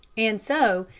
and so,